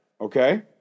Okay